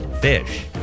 Fish